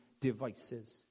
devices